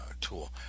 Tool